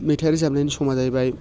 मेथाइ रोजाबनायनि समा जाहैबाय